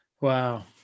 Wow